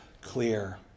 clear